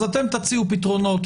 אתם תציעו פתרונות,